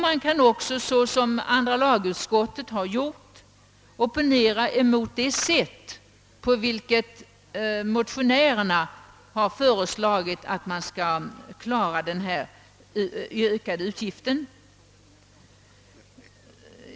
Man kan också, såsom andra lagutskottet har gjort, opponera mot det sätt på vilket motionärerna har föreslagit att man skall klara den ökade utgiften.